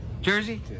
Jersey